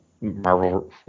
Marvel